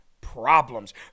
problems